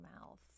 mouth